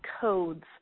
codes